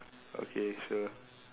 okay sure